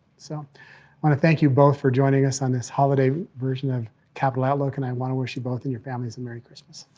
so. i wanna thank you both for joining us on this holiday version of capitol outlook. and i wanna wish you both and your families a merry christmas.